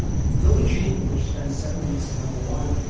billie jean, which spent seven weeks at number one,